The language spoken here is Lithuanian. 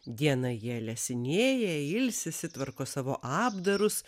dieną jie lesinėja ilsisi tvarko savo apdarus